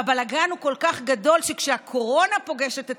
והבלגן כל כך גדול שכשהקורונה פוגשת את